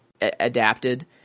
adapted